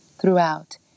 Throughout